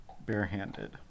Barehanded